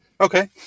Okay